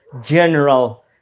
general